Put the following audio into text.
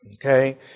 Okay